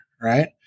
right